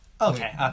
okay